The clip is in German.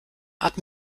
art